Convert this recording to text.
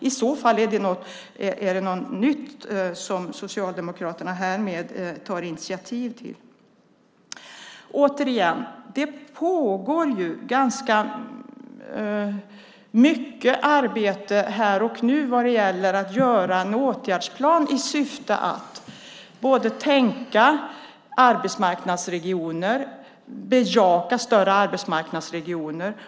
I så fall är det något nytt som Socialdemokraterna härmed tar initiativ till. Det pågår ganska mycket arbete här och nu vad gäller att göra en åtgärdsplan i syfte att både tänka i termer av större arbetsregioner och bejaka dem.